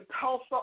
Tulsa